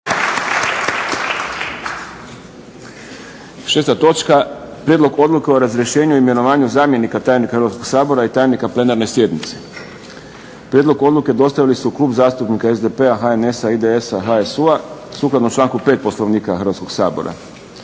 6. točka 6. Prijedlog odluke o razrješenju i imenovanju zamjenika tajnika Hrvatskog sabora i tajnika plenarne sjednice Prijedlog odluke dostavili su Klub zastupnika SDP-a, HNS-a, IDS-a, HSU-a sukladno članku 5. Poslovnika Hrvatskog sabora.